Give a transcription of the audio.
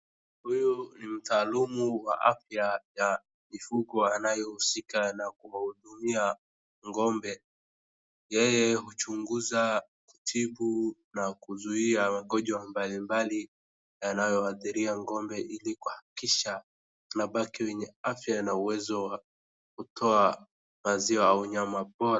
Huyu ni mtaalumu wa afya ya mifugo anayehusika na kuwahudumia ng'ombe, yeye huchunguza, kutibu na kuzuia magonjwa mbalimbali yanayoadhiria ng'ombe ili kuhakikisha wanabaki wenye afya na uwezo wa kutoa maziwa au nyama bora.